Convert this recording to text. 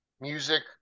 music